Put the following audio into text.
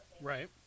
Right